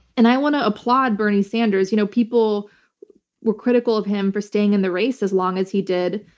and i want to applaud bernie sanders. you know people were critical of him for staying in the race as long as he did,